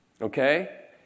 Okay